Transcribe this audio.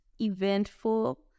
eventful